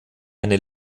eine